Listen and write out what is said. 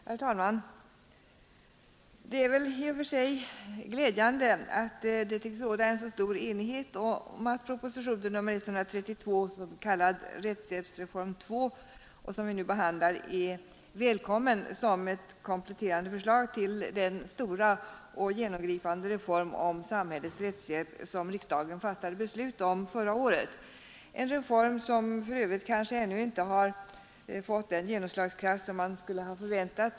Herr talman! Det är i och för sig glädjande att det tycks råda så stor enighet om att propositionen 132 om den s.k. rättshjälpsreform 2, som vi nu behandlar, är välkommen såsom komplettering till den stora och genomgripande reform om samhällets rättshjälp som riksdagen fattade beslut om förra året — en reform som för övrigt kanske ännu inte har fått den genomslagskraft som man skulle ha förväntat.